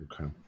Okay